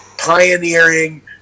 Pioneering